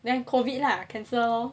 then COVID lah cancel lor